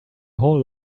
whole